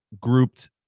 grouped